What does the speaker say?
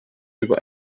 über